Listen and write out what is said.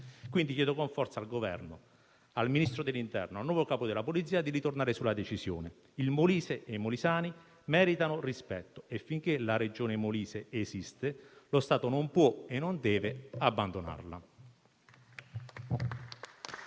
Quindi, chiedo con forza al Governo, al Ministro dell'interno e al nuovo Capo della polizia, di ritornare sulla decisione. Il Molise e i molisani meritano rispetto e, finché la Regione Molise esiste, lo Stato non può e non deve abbandonarla.